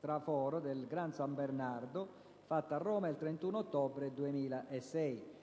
traforo del Gran San Bernardo, fatto a Roma il 31 ottobre 2006***